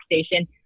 station